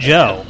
Joe